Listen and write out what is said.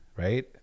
right